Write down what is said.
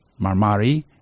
Marmari